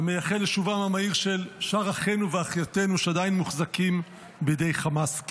ומייחל לשובם המהיר של שאר אחינו ואחיותינו שעדיין מוחזקים בידי חמאס.